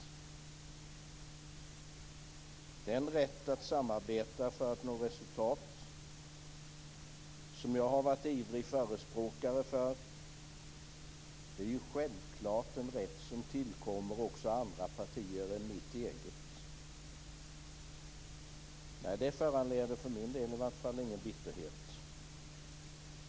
Den rätt att samarbeta för att nå resultat som jag har varit ivrig förespråkare för är självfallet en rätt som tillkommer också andra partier än mitt eget. Det föranleder för min del i varje fall ingen bitterhet.